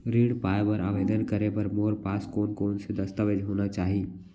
ऋण पाय बर आवेदन करे बर मोर पास कोन कोन से दस्तावेज होना चाही?